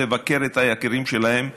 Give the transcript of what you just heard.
לבקר את היקירים שלהם שמאושפזים,